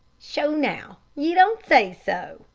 sho now, ye don't say so,